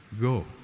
Go